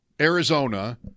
arizona